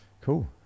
cool